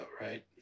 right